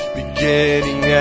beginning